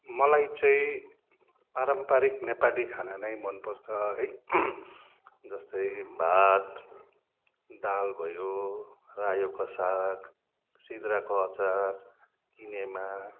मलाई चाहिँ पारम्पारिक नेपाली खाना नै मनपर्छ है जस्तै भात दाल भयो रायोको साग सिद्राको अचार किनेमा